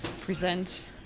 present